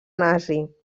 nazi